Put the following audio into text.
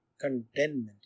contentment